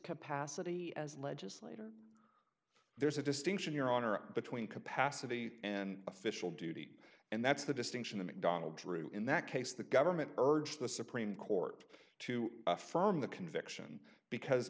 capacity as legislator there's a distinction your honor between capacity and official duty and that's the distinction the mcdonald's rule in that case the government urged the supreme court to affirm the conviction because